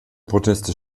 proteste